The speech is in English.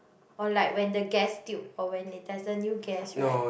or like when the gas tube or when they doesn't use gas right